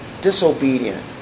disobedient